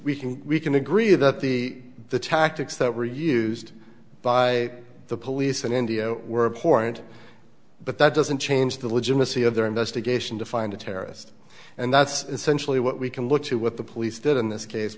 we can we can agree that the tactics that were used by the police in india were important but that doesn't change the legitimacy of their investigation to find a terrorist and that's essentially what we can look to what the police did in this case